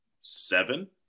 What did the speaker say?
seven